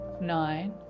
Nine